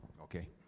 Okay